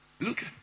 Look